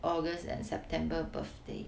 august and september birthday